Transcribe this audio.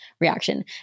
reaction